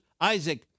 Isaac